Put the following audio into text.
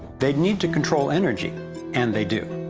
they'd need to control energy and they do